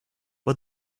but